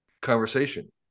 conversation